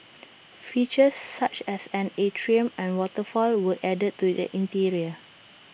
features such as an atrium and waterfall were added to the interior